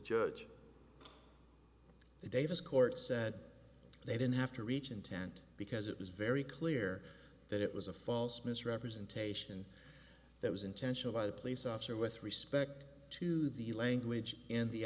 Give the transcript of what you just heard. judge davis court said they didn't have to reach intent because it was very clear that it was a false misrepresentation that was intentional by the police officer with respect to the language in the